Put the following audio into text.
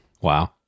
Wow